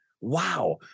Wow